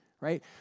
right